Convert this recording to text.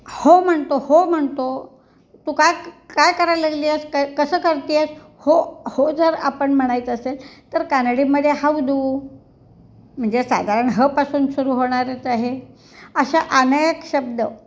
हो म्हणतो हो म्हणतो तू काय काय करायला लागली आहेस कसं करते आहेस हो हो जर आपण म्हणायचं असेल तर कानडीमध्ये हाऊदू म्हणजे साधारण हपासून सुरू होणारच आहे अशा अनेक शब्द